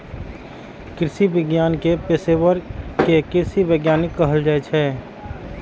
कृषि विज्ञान के पेशवर कें कृषि वैज्ञानिक कहल जाइ छै